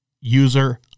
user